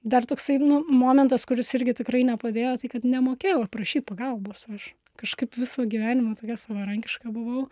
dar toksai nu momentas kuris irgi tikrai nepadėjo tai kad nemokėjau paprašyti pagalbos aš kažkaip visą gyvenimą tokia savarankiška buvau